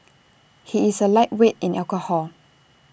he is A lightweight in alcohol